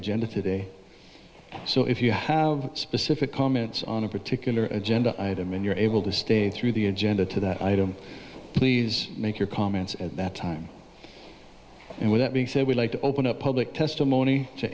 agenda today so if you have specific comments on a particular agenda item and you're able to stay through the agenda to that item please make your comments at that time and with that being said we'd like to open up public testimony to